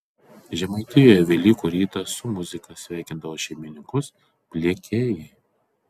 žemaitijoje velykų rytą su muzika sveikindavo šeimininkus pliekėjai